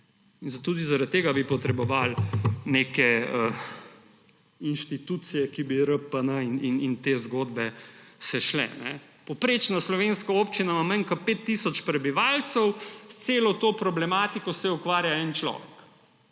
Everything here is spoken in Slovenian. Tudi zaradi tega bi potrebovali neke inštitucije, ki bi se šle RPN in te zgodbe. Povprečna slovenska občina ima manj kot 5 tisoč prebivalcev, s celo to problematiko se ukvarja en človek,